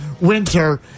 winter